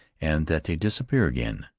and that they disappear again,